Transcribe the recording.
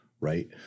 right